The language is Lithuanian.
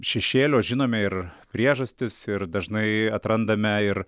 šešėlio žinome ir priežastis ir dažnai atrandame ir